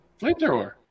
Flamethrower